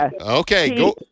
Okay